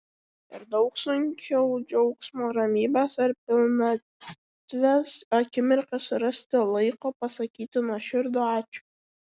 ir daug sunkiau džiaugsmo ramybės ar pilnatvės akimirką surasti laiko pasakyti nuoširdų ačiū